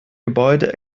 gebäude